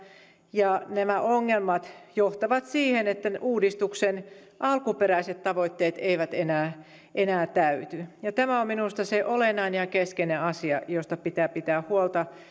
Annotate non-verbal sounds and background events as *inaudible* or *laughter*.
ja nämä ongelmat johtavat siihen että uudistuksen alkuperäiset tavoitteet eivät enää *unintelligible* enää täyty ja tämä on minusta se olennainen ja keskeinen asia josta pitää pitää huolta